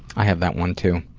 i have that one, too.